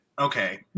okay